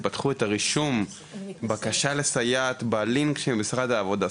פתחו את הרישום בקשה לסייעת בלינק של משרד העבודה.